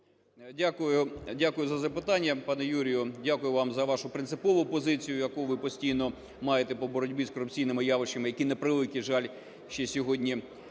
Дякую за запитання, пане Юрію. Дякую вам за вашу принципову позицію, яку ви постійно маєте по боротьбі з корупційними явищами, які, на превеликий жаль, ще сьогодні